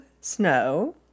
snow